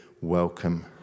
welcome